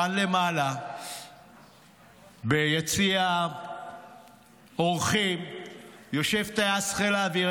כאן למעלה ביציע אורחים יושב טייס חיל האוויר.